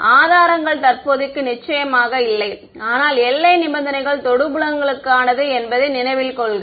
மாணவர் இல்லை ஆதாரங்கள் தற்போதைக்கு நிச்சயமாக இல்லை ஆனால் எல்லை நிபந்தனைகள் தொடு புலங்களுக்கானது என்பதை நினைவில் கொள்க